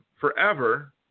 forever